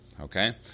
okay